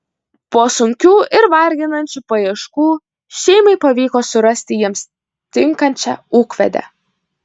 po sunkių ir varginančių paieškų šeimai pavyko surasti jiems tinkančią ūkvedę